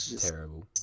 terrible